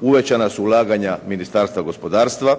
Uvećana su ulaganja Ministarstva gospodarstva.